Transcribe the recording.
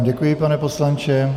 Děkuji vám, pane poslanče.